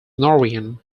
norwegian